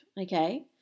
Okay